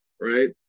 right